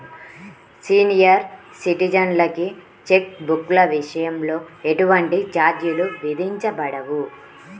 senior సిటిజన్లకి cheque బుక్ల విషయంలో ఎటువంటి ఛార్జీలు విధించబడవు